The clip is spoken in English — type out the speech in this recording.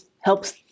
helps